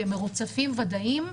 במרוצפים ודאיים,